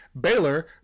Baylor